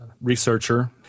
researcher